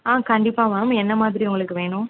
ஆ கண்டிப்பாக மேம் என்ன மாதிரி உங்களுக்கு வேணும்